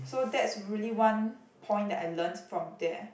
so that's really one point that I learnt from there